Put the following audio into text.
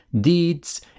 deeds